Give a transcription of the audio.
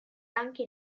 anche